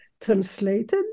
translated